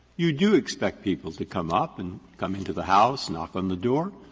you do expect people to come up and come into the house, knock on the door,